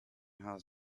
house